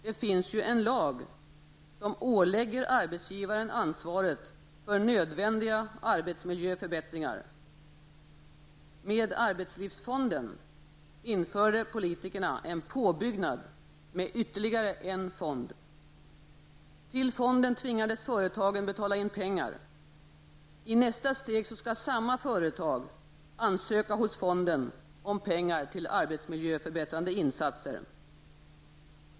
Det finns ju en lag som ålägger arbetsgivaren ansvaret för nödvändiga arbetsmiljöförbättringar. Med arbetslivsfonden införde politikerna en påbyggnad med ytterligare en fond. Till fonden tvingades företagen betala in pengar. I nästa steg skall samma företag ansöka hos fonden om pengar till arbetsmiljöförbättrande insatser.